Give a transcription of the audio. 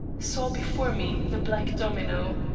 saw before me the black domino.